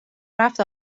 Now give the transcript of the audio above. رفت